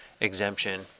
exemption